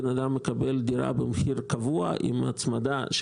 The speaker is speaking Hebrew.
אדם מקבל דירה במחיר קבוע עם הצמדה,